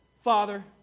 Father